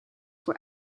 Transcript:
were